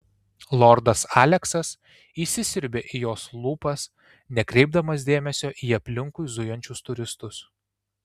lordas aleksas įsisiurbė į jos lūpas nekreipdamas dėmesio į aplinkui zujančius turistus